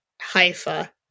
Haifa